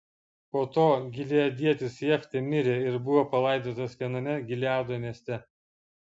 po to gileadietis jeftė mirė ir buvo palaidotas viename gileado mieste